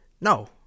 No